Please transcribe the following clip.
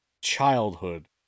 childhood